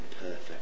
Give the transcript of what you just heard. perfect